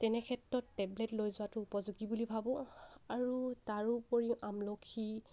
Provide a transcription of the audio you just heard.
তেনেক্ষেত্ৰত টেবলেট লৈ যোৱাটো উপযোগী বুলি ভাবোঁ আৰু তাৰোপৰি আমলখি